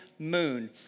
moon